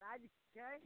size की छियै